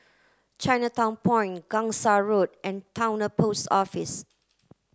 Chinatown Point Gangsa Road and Towner Post Office